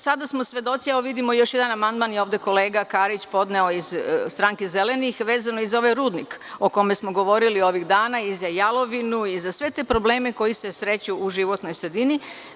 Sada smo svedoci, evo, vidimo još jedan amandman je podneo kolega Karić iz Zelenih Srbije, vezano za ovaj rudnik o kome smo govorili ovih dana i za Jalovinu i za sve te probleme koji se sreću u životnoj sredini.